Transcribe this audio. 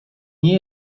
nie